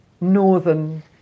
Northern